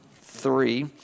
three